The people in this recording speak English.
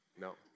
No